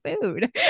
food